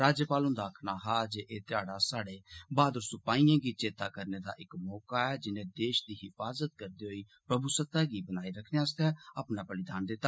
राज्यपाल हुन्दा आक्खना हा जे एह ध्याढ़ा साह्डे बहादुर सिपाइयें गी चेत्ता करने दा मौका ऐ जिनें देष दी हिफाजत करदे होई प्रभू सत्ता गी बनाई रक्खने आस्तै अपना बलिदान दिता